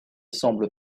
semble